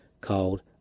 called